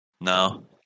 No